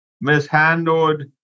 mishandled